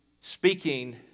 speaking